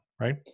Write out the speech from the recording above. Right